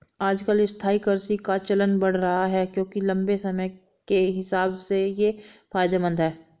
आजकल स्थायी कृषि का चलन बढ़ रहा है क्योंकि लम्बे समय के हिसाब से ये फायदेमंद है